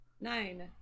Nine